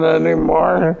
anymore